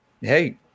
hey